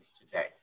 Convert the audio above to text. today